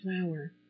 flower